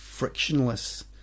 Frictionless